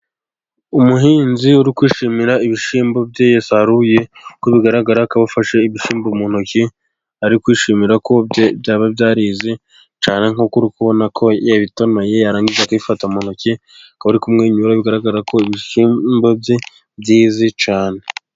Umuhinzi uri kwishimira ibishyimbo bye yasaruye. Kuko bigaragara ko afashe ibishyimbo mu ntoki, ari kwishimira ko byaba byareze cyane. Nk'uko uri kubona ko yabitonoye, yarangiza akabifata mu ntoki. Akaba ari kumwenyura, bigaragara ko ibishyimbo bye byeze cyane.